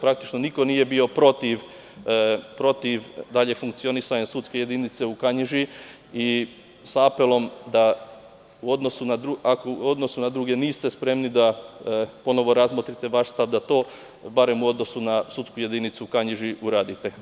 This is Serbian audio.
Praktično, niko nije bio protiv daljeg funkcionisanja sudske jedinice u Kanjiži, i sa apelom da ako u odnosu na druge niste spremni da ponovo razmotrite vaš stav, barem u odnosu na sudsku jedinicu u Kanjiži uradite.